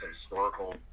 historical